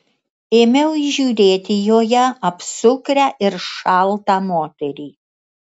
ėmiau įžiūrėti joje apsukrią ir šaltą moterį